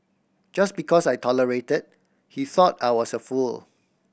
just because I tolerated he thought I was a fool